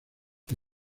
que